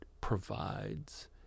provides